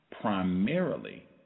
primarily